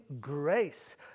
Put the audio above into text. grace